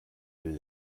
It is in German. will